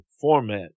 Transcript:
format